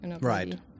Right